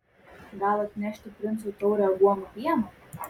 gal atnešti princui taurę aguonų pieno